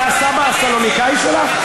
זה הסבא הסלוניקאי שלך?